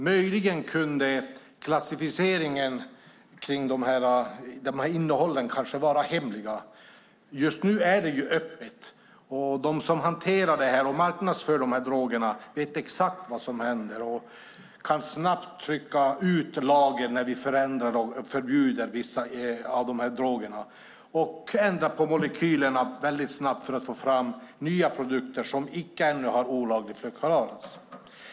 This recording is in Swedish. Möjligen kan klassificeringen av innehållet vara hemlig. Just nu är den öppen. De som hanterar och marknadsför de här drogerna vet exakt vad som händer och kan snabbt trycka ut lagen när vi förbjuder vissa av de här drogerna. De kan ändra molekylerna väldigt snabbt för att få fram nya produkter som ännu inte har olagligförklarats.